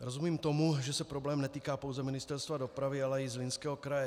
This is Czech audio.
Rozumím tomu, že se problém netýká pouze Ministerstva dopravy, ale i Zlínského kraje.